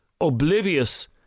oblivious